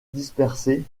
dispersée